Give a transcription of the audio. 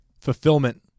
fulfillment